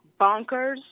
Bonkers